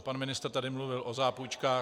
Pan ministr tady mluvil o zápůjčkách.